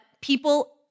people